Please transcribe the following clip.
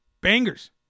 Bangers